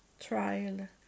trial